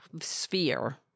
sphere